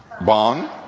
Bond